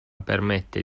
permette